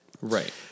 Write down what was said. Right